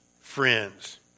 friends